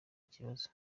kibazo